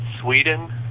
Sweden